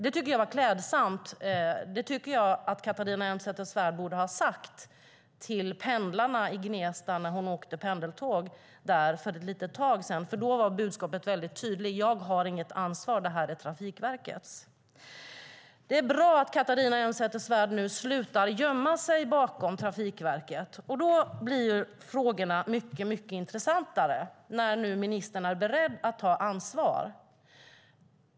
Det tycker jag var klädsamt. Det borde Catharina Elmsäter-Svärd ha sagt till pendlarna i Gnesta när hon åkte pendeltåg där för ett litet tag sedan. Då var budskapet väldigt tydligt: Jag har inget ansvar, utan det är Trafikverkets ansvar. Det är bra att Catharina Elmsäter-Svärd nu slutar gömma sig bakom Trafikverket. Frågorna blir nu mycket intressantare när ministern är beredd att ta ansvar.